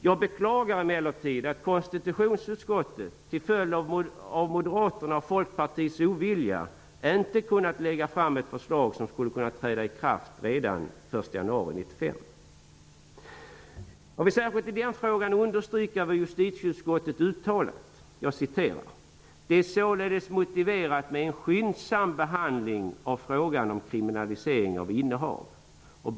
Jag beklagar emellertid att konstitutionsutskottet till följd av Moderaternas och Folkpartiets ovilja inte har kunnat lägga fram ett förslag som skulle kunna träda i kraft redan den 1 januari 1995. I den frågan vill jag särskilt understryka vad justitieutskottet har uttalat: ''Det är således motiverat med en skyndsam behandling av frågan om kriminalisering av innehav av barnpornografi.''